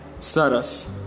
Saras